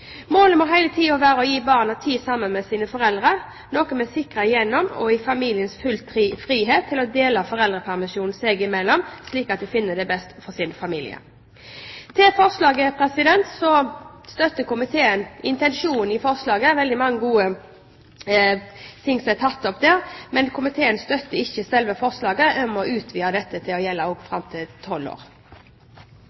Målet må hele tiden være å gi barnet tid sammen med sine foreldre, noe vi sikrer gjennom å gi familien full frihet til å dele foreldrepermisjonen seg imellom slik de finner det best for sin familie. Til forslaget: Komiteen støtter intensjonen med forslaget. Det er veldig mange gode ting som er tatt opp der, men vi støtter ikke selve forslaget om å utvide dette til også å gjelde